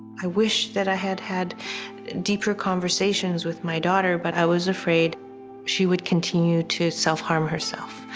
i wish that i had had deeper conversations with my daughter, but i was afraid she would continue to self harm herself.